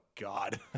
God